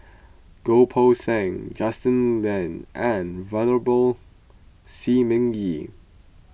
Goh Poh Seng Justin Lean and Venerable Shi Ming Yi